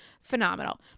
Phenomenal